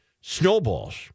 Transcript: snowballs